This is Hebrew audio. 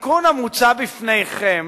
התיקון המוצע בפניכם